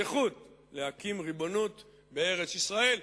זכות להקים ריבונות בארץ-ישראל,